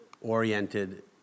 oriented